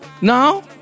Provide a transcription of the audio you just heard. No